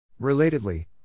Relatedly